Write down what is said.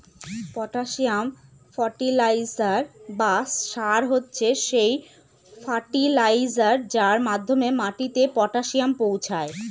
potassium fertiliser বা সার হচ্ছে সেই ফার্টিলাইজার যার মাধ্যমে মাটিতে পটাসিয়াম পৌঁছায়